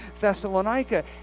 Thessalonica